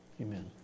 amen